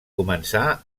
començà